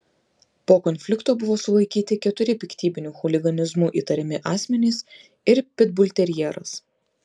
po konflikto buvo sulaikyti keturi piktybiniu chuliganizmu įtariami asmenys ir pitbulterjeras